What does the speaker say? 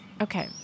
Okay